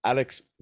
Alex